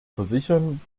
versichern